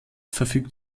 verfügt